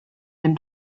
dem